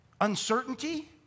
uncertainty